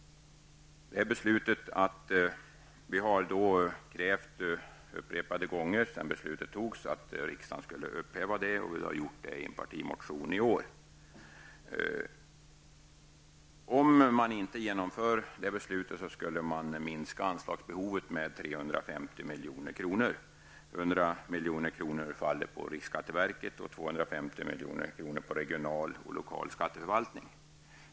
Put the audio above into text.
Vi har upprepade gånger sedan beslutet fattades krävt att riksdagen skall upphäva det, och vi har i år framfört kravet i en partimotion. Genom att inte genomföra beslutet skulle man minska anslagsbehovet med 350 milj.kr., varav 100 milj.kr. faller på riksskatteverket och 250 milj.kr. på regional och lokal skatteförvaltning.